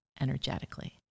energetically